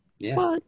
Yes